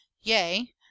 Yea